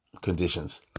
conditions